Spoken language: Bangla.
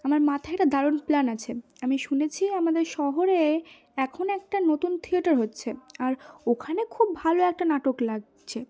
আমার মাথায় একটা দারুণ প্ল্যান আছে আমি শুনেছি আমাদের শহরে এখন একটা নতুন থিয়েটার হচ্ছে আর ওখানে খুব ভালো একটা নাটক লাগছে